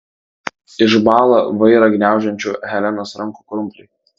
išbąla vairą gniaužiančių helenos rankų krumpliai